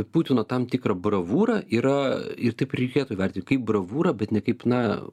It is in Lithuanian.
putino tam tikrą bravūra yra ir taip reikėtų vertinti kaip bravūra bet ne kaip na